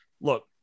look